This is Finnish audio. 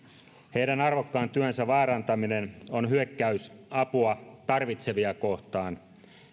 heidän arvokkaan työnsä vaarantaminen on hyökkäys apua tarvitsevia kohtaan